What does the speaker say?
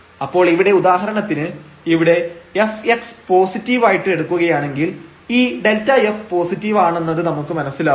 അപ്പോൾ ഇവിടെ ഉദാഹരണത്തിന് ഇവിടെ fx പോസിറ്റീവായിട്ട് എടുക്കുകയാണെങ്കിൽ ഈ Δf പോസിറ്റീവ് ആണെന്നത് നമുക്ക് മനസ്സിലാകും